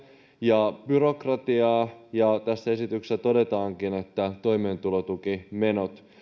ja byrokratiaa esityksessä todetaankin että toimeentulotukimenot